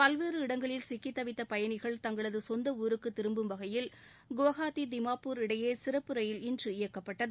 பல்வேறு இடங்களில் சிக்கி தவித்த பயணிகள் தங்களது சொந்த ஊருக்கு திரும்பும் வகையில் குவஹாத்தி திமாபூர் இடையே சிறப்பு ரயில் இன்று இயக்கப்பட்டது